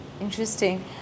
Interesting